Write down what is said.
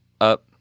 up